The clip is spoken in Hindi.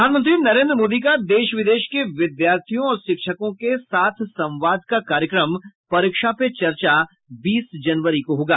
प्रधानमंत्री नरेन्द्र मोदी का देश विदेश के विद्यार्थियों और शिक्षकों के साथ संवाद का कार्यक्रम परीक्षा पे चर्चा बीस जनवरी को होगा